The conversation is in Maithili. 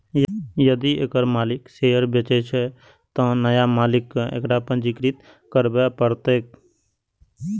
यदि एकर मालिक शेयर बेचै छै, तं नया मालिक कें एकरा पंजीकृत करबय पड़तैक